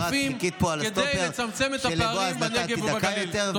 שותפים כדי לצמצם את הפערים בנגב ובגליל.